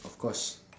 of course